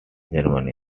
germany